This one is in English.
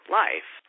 life